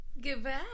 Goodbye